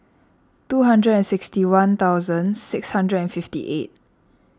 two hundred and sixty one thousand six hundred and fifty eight